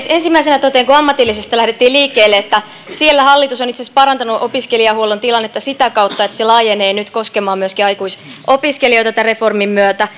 ensimmäisenä totean kun ammatillisesta lähdettiin liikkeelle että siellä hallitus on itse asiassa parantanut opiskelijahuollon tilannetta sitä kautta että se laajenee nyt koskemaan myöskin aikuisopiskelijoita tämän reformin myötä